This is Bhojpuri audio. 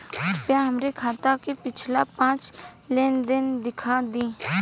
कृपया हमरे खाता क पिछला पांच लेन देन दिखा दी